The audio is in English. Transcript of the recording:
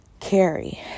Carry